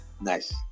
nice